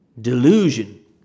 delusion